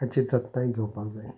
हाची जतनाय घेवपाक जाय